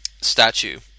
statue